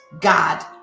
God